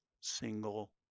single